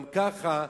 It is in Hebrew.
גם ככה,